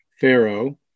Pharaoh